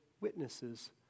witnesses